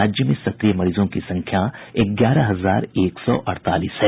राज्य में सक्रिय मरीजों की संख्या ग्यारह हजार एक सौ अड़तालीस है